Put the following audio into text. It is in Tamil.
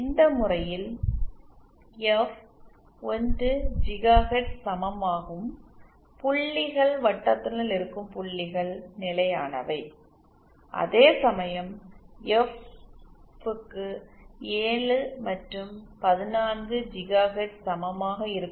இந்த முறையில் எஃப் 1 ஜிகாஹெர்ட்ஸுக்கு சமமாகும் புள்ளிகள் வட்டத்தினுள் இருக்கும் புள்ளிகள் நிலையானவை அதே சமயம் எஃப் க்கு 7 மற்றும் 14 ஜிகாஹெர்ட்ஸ் சமமாக இருக்கும்